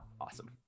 Awesome